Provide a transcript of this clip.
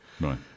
Right